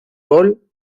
gol